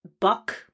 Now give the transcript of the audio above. buck